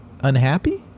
unhappy